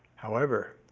however,